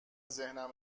ذهنم